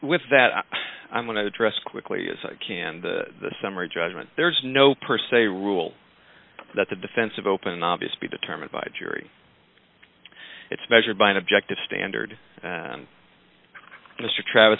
with that i'm going to address quickly as i can the summary judgment there is no per se rule that the defense of open obvious be determined by jury it's measured by an objective standard and mr travis